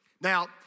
Now